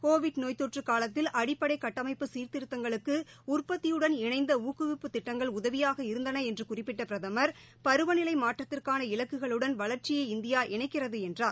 Covid நோய் தொற்று காலத்தில் அடிப்படை கட்டமைப்பு சீர்திருத்தங்களுக்கு உற்பத்தியுடன் இணைந்த ஊக்குவிப்பு திட்டங்கள் உதவியாக இருந்தன என்று குறிப்பிட்ட பிரதம் பருவநிலை மாற்றத்திற்கான இலக்குகளுடன் வளர்ச்சியை இந்தியா இணைக்கிறது என்றார்